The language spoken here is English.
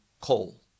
coal